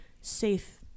safe